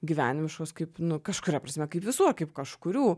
gyvenimiškos kaip nu kažkuria prasme kaip visų ar kaip kažkurių